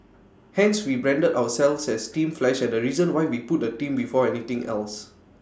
hence we branded ourselves as team flash and the reason why we put the team before anything else